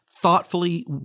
thoughtfully